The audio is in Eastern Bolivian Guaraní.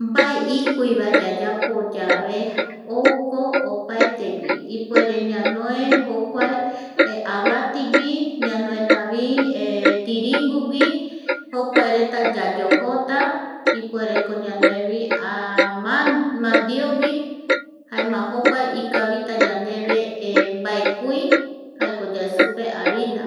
Mbae ikuivae yayapoyave ouko opaetegui ipuere, ñanoe jokuae avatigui ñanoe tavi tirungugui jokuaereta yayojota ipuereko ñanoevi mandiogui jaema jokuae ikavita yandeve mbaekui jaeko yaesupe harina.